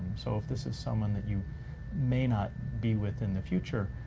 so if this is someone that you may not be with in the future,